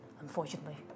unfortunately